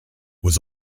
was